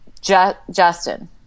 Justin